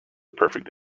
perfect